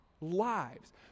lives